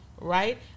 Right